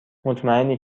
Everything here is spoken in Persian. مطمئنی